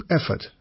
effort